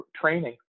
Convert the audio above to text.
training